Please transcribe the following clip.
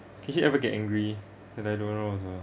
can he ever get angry cause I don't know also